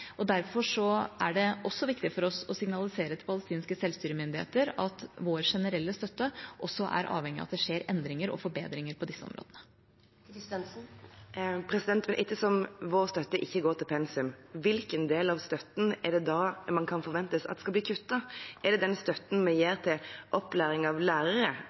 Derfor er det også viktig for oss å signalisere til palestinske selvstyremyndigheter at vår generelle støtte er avhengig av at det skjer endringer og forbedringer på disse områdene. Ettersom vår støtte ikke går til pensum, hvilken del av støtten er det da man kan forvente at skal bli kuttet? Er det den støtten vi gir til opplæring av lærere,